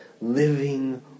living